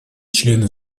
члены